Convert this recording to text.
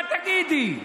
מה תגידי?